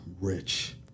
rich